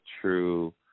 true